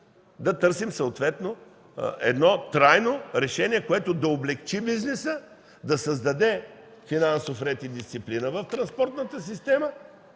на транспорта трайно решение, което да облекчи бизнеса, да създаде финансов ред и дисциплина в транспортната система,